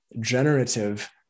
generative